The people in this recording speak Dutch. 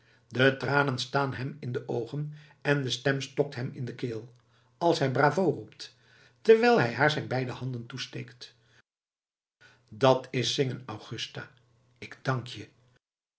de tranen staan hem in de oogen en de stem stokt hem in de keel als hij bravo roept terwijl hij haar zijn beide handen toesteekt dat is zingen augusta ik dank je